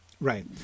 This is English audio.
Right